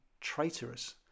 traitorous